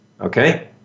Okay